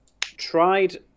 tried